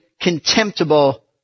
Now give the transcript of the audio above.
contemptible